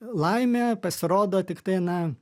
laimė pasirodo tiktai na